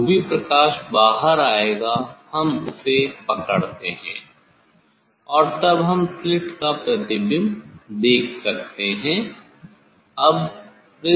जो भी प्रकाश बाहर आएगा हम उसे पकड़ते हैं और तब हम स्लिट का प्रतिबिंब देख सकते हैं